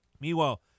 Meanwhile